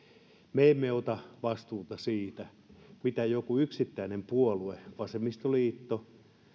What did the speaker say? me emme ota vastuuta siitä mitä joku yksittäinen puolue vasemmistoliitto